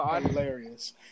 hilarious